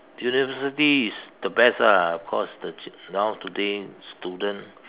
University is the best ah cause the now today student